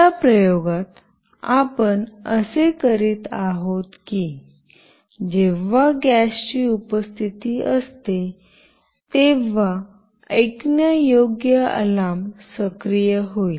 या प्रयोगात आपण असे करीत आहोत की जेव्हा गॅसची उपस्थिती असते तेव्हा ऐकण्यायोग्य अलार्म सक्रिय होईल